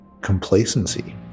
complacency